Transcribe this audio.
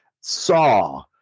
saw